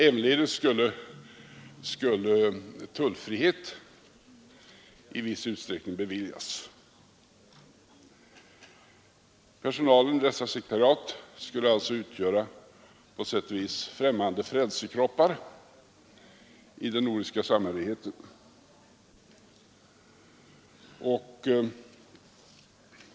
Även tullfrihet skulle i viss utsträckning beviljas. Personalen vid dessa sekretariat skulle alltså på sätt och vis utgöra främmande frälsekroppar i den nordiska samhörigheten.